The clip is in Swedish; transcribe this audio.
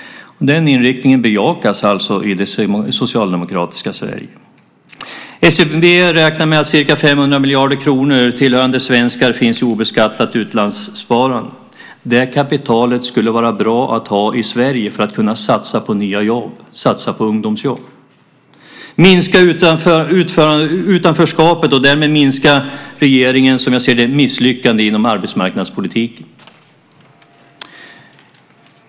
Den inriktningen bejakas i det socialdemokratiska Sverige. SEB räknar med att ca 500 miljarder kronor tillhörande svenskar finns i obeskattat utlandssparande. Det kapitalet skulle vara bra att ha i Sverige för att kunna satsa på nya jobb, på ungdomsjobb, och minska utanförskapet och därmed minska regeringens misslyckanden inom arbetsmarknadspolitiken.